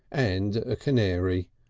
and a canary!